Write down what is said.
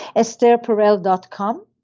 estherperel dot com,